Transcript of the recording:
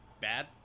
bad